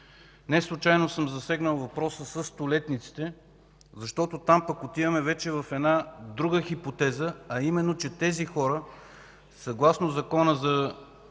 Неслучайно съм засегнал въпроса със столетниците, защото там пък отиваме в друга хипотеза, а именно, че тези хора съгласно Закона за